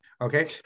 Okay